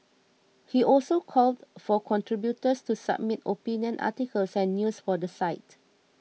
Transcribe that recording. he also called for contributors to submit opinion articles and news for the site